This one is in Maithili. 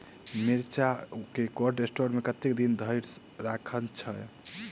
मिर्चा केँ कोल्ड स्टोर मे कतेक दिन धरि राखल छैय?